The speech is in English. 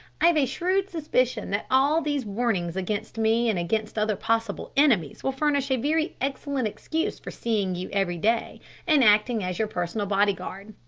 i've a shrewd suspicion that all these warnings against me and against other possible enemies will furnish a very excellent excuse for seeing you every day and acting as your personal bodyguard!